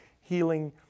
healing